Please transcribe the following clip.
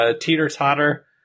teeter-totter